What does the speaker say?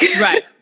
Right